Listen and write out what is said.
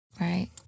right